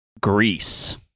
greece